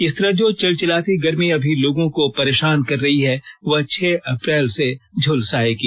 इस तरह जो चिलचिलाती गर्मी अभी लोगों को परेशान कर रही है वह छह अप्रैल से झुलसाएगी